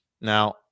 Now